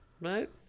right